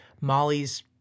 Molly's